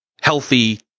healthy